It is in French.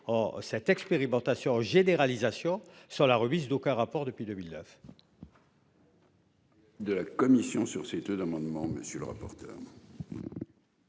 Cette expérimentation généralisation sur la remise d'aucun rapport depuis 2009.